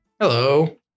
Hello